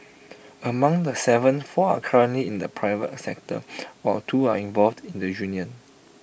among the Seven four are currently in the private sector while two are involved in the union